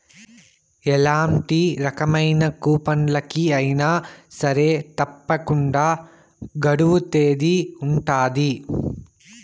ఎలాంటి రకమైన కూపన్లకి అయినా సరే తప్పకుండా గడువు తేదీ ఉంటది